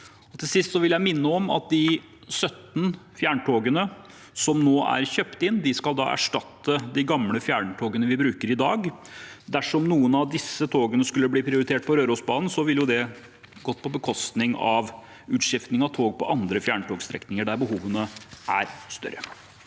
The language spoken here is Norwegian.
Til sist vil jeg minne om at de 17 fjerntogene som nå er kjøpt inn, skal erstatte de gamle fjerntogene vi bruker i dag. Dersom noen av disse togene skulle bli prioritert til Rørosbanen, vil det gå på bekostning av utskiftning av tog på andre fjerntogstrekninger, der behovene er større.